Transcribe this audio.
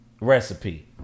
recipe